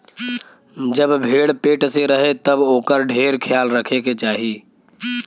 जब भेड़ पेट से रहे तब ओकर ढेर ख्याल रखे के चाही